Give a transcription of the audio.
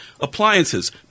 Appliances